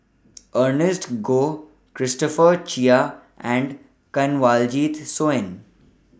Ernest Goh Christopher Chia and Kanwaljit Soin